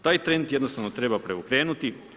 Taj trend jednostavno treba preokrenuti.